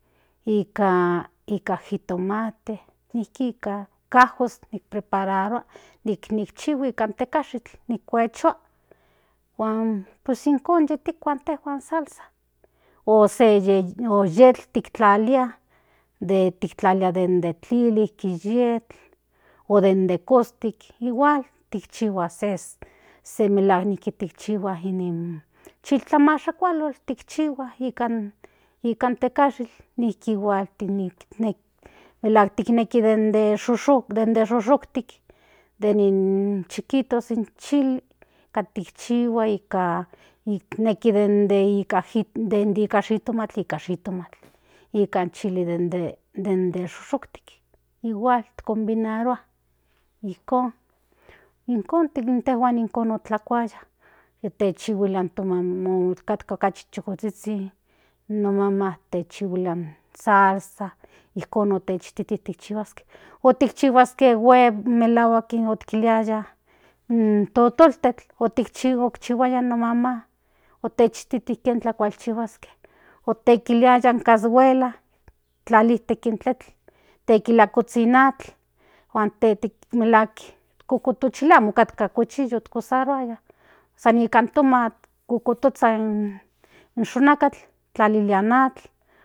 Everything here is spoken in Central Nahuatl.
Nika jitomate nijki nika ajos prepararua nikchihua nika tekashikl kuechua huan pues ijkon tikua in salsa o se yetl tiktlalia den tiktlalilia den de tlili den de yetl o den de kostik igual tikchihua se melahuak tikchihua in chiltlamashakualotl tikchihua nika tekashikl nijki igual tikneki den de shushuktik den de chiquitos in chili katikchihua nika neki den de shitomatl pus shitomatl nika chili den de shushuktik igual conbinaru ijkon otlakuaya otekchihua no maman kuak katka okchi chukozhizhin in no maman techihuilia in salsa ijkon otechihuaske otekchihuaske huevo melahuan onikiliaya in totolkle otikchihua no maman otechtiti tlen tlakualchihuaske otekiliaya in cashuela tlali intek in tletl tlalia kuzhin in atl huan teteki melahuak kutotozha kin amo katka cuchillos utilizaruaya san nikan tomatl kototozha in xonakatl tlalilia in atl.